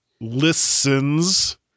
Listens